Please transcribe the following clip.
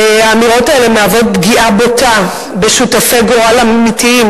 האמירות האלה מהוות פגיעה בוטה בשותפי גורל אמיתיים